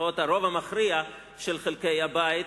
לפחות הרוב המכריע של חלקי הבית,